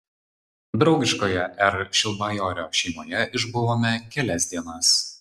draugiškoje r šilbajorio šeimoje išbuvome kelias dienas